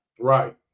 Right